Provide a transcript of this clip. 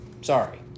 sorry